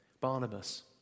Barnabas